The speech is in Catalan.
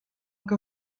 que